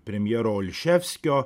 premjero olševskio